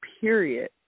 period